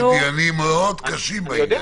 היו דיונים מאוד קשים בעניין.